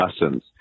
lessons